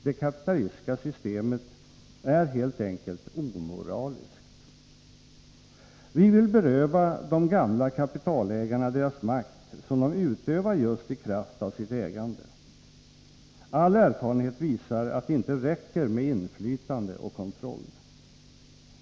Det kapitalistiska systemet är helt enkelt omoraliskt. Vi vill beröva de gamla kapitalägarna deras makt, som de utövar just i kraft av sitt ägande. All erfarenhet visar att det inte räcker med inflytande och kontroll.